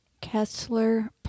Kessler